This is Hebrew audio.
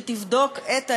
שתבדוק את האירועים,